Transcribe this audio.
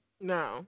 No